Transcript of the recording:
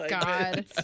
God